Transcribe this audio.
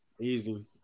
Easy